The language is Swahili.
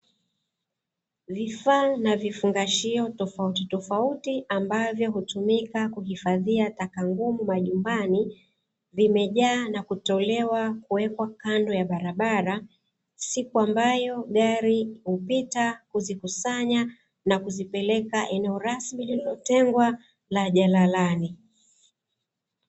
Vifaa na vifungashio tofautitofauti ambavyo hutumika kuhifadhia taka ngumu majumbani, vimejaa na kutolewa kuwekwa kando ya barabara, siku ambayo gari hupita huzikusanya na kuzipeleka eneo rasimi lililotengwa la jalalani.